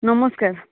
ନମସ୍କାର